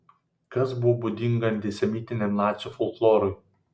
kas buvo būdinga antisemitiniam nacių folklorui